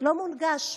לא מונגש.